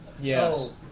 Yes